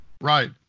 Right